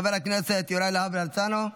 חבר הכנסת יוראי להב הרצנו,